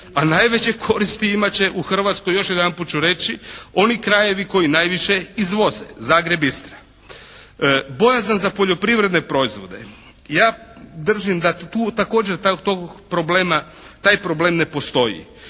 a najveće koristi imati će u Hrvatskoj još jedanput ću reći, oni krajevi koji najviše izvoze, Zagreb, Istra. Bojazan za poljoprivredne proizvode, ja držim da tu također tog problema, taj